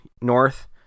north